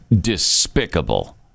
despicable